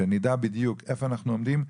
שאני אדע בדיוק איפה אנחנו עומדים,